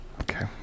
Okay